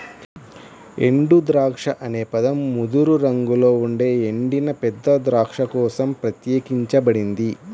ఎండుద్రాక్ష అనే పదం ముదురు రంగులో ఉండే ఎండిన పెద్ద ద్రాక్ష కోసం ప్రత్యేకించబడింది